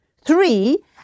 Three